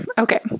okay